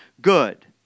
good